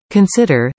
Consider